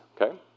okay